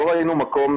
לא ראינו מקום,